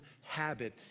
habit